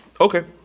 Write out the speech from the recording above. Okay